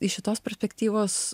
iš šitos perspektyvos